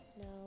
No